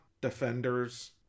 Defenders